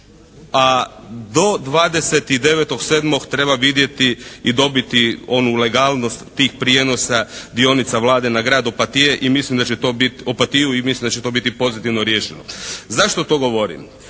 a do 29.7. treba vidjeti i dobiti onu legalnost tih prijenosa dionica Vlade na grad Opatiju i mislim da će to biti pozitivno riješeno. Zašto to govorim?